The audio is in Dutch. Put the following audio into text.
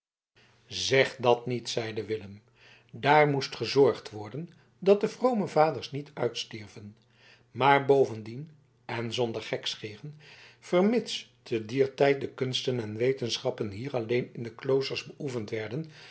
zeg dat niet zeide willem daar moest gezorgd worden dat de vrome vaders niet uitstierven maar bovendien en zonder gekscheren vermits te dier tijd de kunsten en wetenschappen hier alleen in de kloosters beoefend werden